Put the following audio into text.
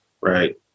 right